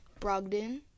Brogdon